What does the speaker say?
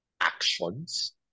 actions